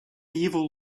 evil